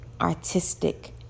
artistic